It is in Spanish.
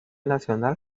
nacional